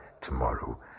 tomorrow